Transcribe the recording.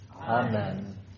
Amen